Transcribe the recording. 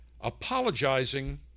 apologizing